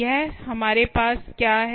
यह हमारे पास क्या है